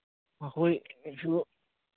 ꯑꯩꯈꯣꯏꯁꯨ